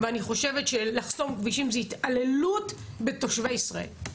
ואני חושבת שלחסום כבישים זאת התעללות בתושבי ישראל,